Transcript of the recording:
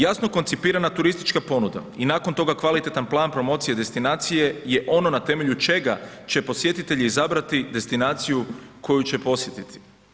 Jasno koncipirana turistička ponuda i nakon toga kvalitetan plan promocije destinacije je ono na temelju čega će posjetitelji izabrati destinaciju koji će posjetiti.